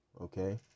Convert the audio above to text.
okay